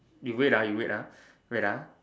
you wait ah you wait ah wait ah